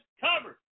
covered